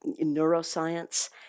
neuroscience